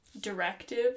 directive